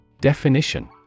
Definition